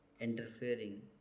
interfering